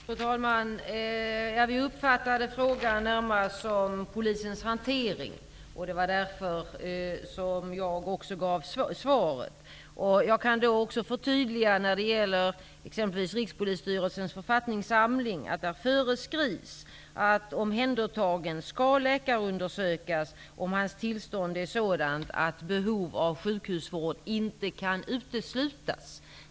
Fru talman! Vi uppfattade frågan som att den närmast gällde polisens hantering, och därför var det jag som gav svaret. Jag kan förtydliga och säga att det i Rikspolisstyrelsens författningssamling föreskrivs att en omhändertagen skall läkarundersökas om hans tillstånd är sådant att behov av sjukhusvård inte kan uteslutas.